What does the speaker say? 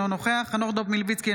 אינו נוכח חנוך דב מלביצקי,